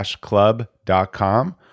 club.com